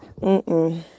Mm-mm